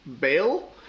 bail